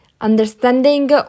Understanding